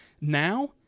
Now